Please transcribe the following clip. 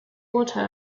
water